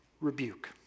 rebuke